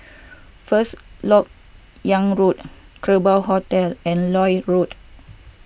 First Lok Yang Road Kerbau Hotel and Lloyd Road